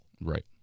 Right